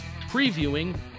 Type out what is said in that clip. Previewing